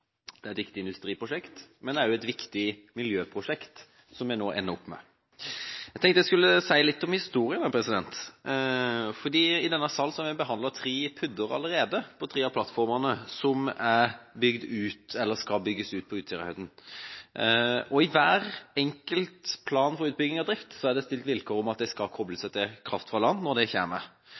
Det er et viktig industriprosjekt, men det er også et viktig miljøprosjekt som vi nå ender opp med. Jeg tenkte jeg skulle si litt om historien. I denne sal har en behandlet tre PUD-er allerede for tre av plattformene som er bygd ut, eller skal bygges ut, på Utsirahøyden. I hver enkelt plan for utbygging og drift er det stilt vilkår om at de skal kobles til kraft fra land, og det